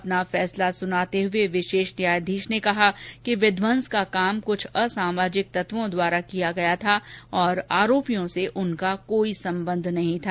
अपना फैसला सुनाते हुए विशेष न्यायाधीश ने कहा कि विध्वंस का काम कुछ असामाजिक तत्वों द्वारा किया गया था और आरोपियों से उनका कोई संबंध नहीं था